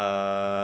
err